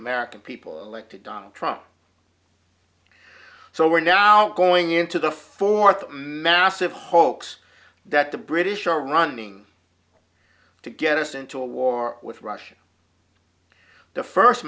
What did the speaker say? american people elected donald trump so we're now going into the fourth massive hoax that the british are running to get us into a war with russia the first